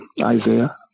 Isaiah